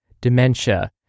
dementia